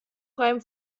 freiem